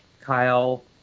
Kyle